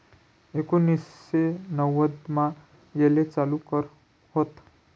एकोनिससे नव्वदमा येले चालू कर व्हत